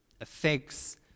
affects